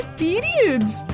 periods